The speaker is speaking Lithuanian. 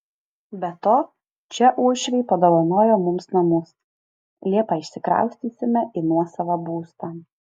be to čia uošviai padovanojo mums namus liepą išsikraustysime į nuosavą būstą